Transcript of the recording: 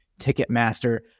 Ticketmaster